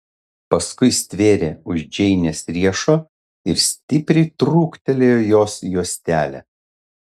paskui stvėrė už džeinės riešo ir stipriai trūktelėjo jos juostelę